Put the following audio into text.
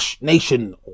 nation